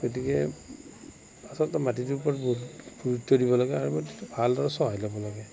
গতিকে আচলতে মাটিটোৰ ওপৰত বহুত গুৰুত্ব দিব লাগে আৰু ভালদৰে চহাই ল'ব লাগে